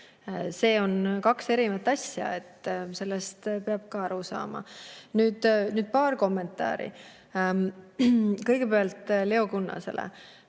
Need on kaks erinevat asja, sellest peab aru saama. Nüüd paar kommentaari, kõigepealt Leo Kunnasele.